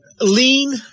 Lean